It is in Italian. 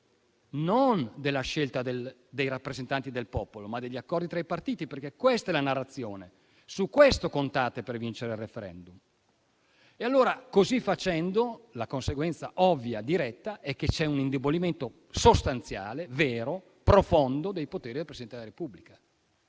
non della scelta dei rappresentanti del popolo, perché questa è la narrazione, su questo contate per vincere il *referendum*. Allora, così facendo, la conseguenza ovvia e diretta è che c'è un indebolimento sostanziale, vero e profondo dei poteri del Presidente della Repubblica,